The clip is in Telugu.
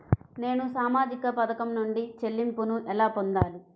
నేను సామాజిక పథకం నుండి చెల్లింపును ఎలా పొందాలి?